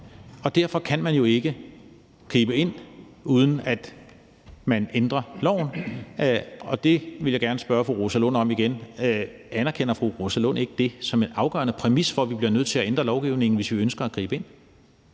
Og derfor kan man jo ikke gribe ind, uden at man ændrer loven, og det vil jeg gerne spørge fru Rosa Lund om igen. Anerkender fru Rosa Lund ikke det som en afgørende præmis for, at vi bliver nødt til at ændre lovgivningen, hvis vi ønsker at gribe ind?